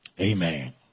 amen